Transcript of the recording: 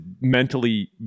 mentally